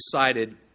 decided